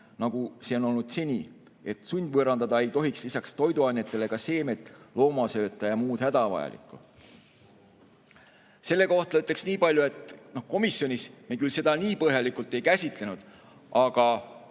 nagu see on olnud seni, st sundvõõrandada ei tohiks lisaks toiduainetele ka seemet, loomasööta jm hädavajalikku." Selle kohta ütleks niipalju, et komisjonis me seda küll nii põhjalikult ei käsitlenud, aga